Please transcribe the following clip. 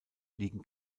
liegen